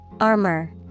Armor